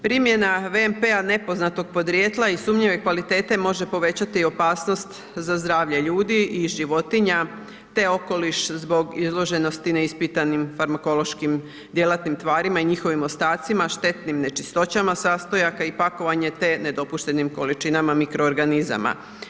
Primjena VMP-a nepoznatog podrijetla i sumnjive kvalitete može povećati opasnost za zdravlje ljudi i životinja, te okoliš zbog izloženosti neispitanim farmakološkim djelatnim tvarima i njihovim ostacima, štetnim nečistoćama sastojaka i pakovanje, te nedopuštenim količinama mikroorganizama.